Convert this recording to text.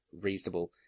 reasonable